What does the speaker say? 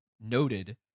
noted